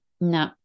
no